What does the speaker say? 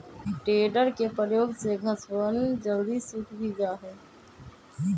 tedder के प्रयोग से घसवन जल्दी सूख भी जाहई